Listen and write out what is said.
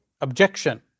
objection